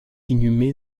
inhumé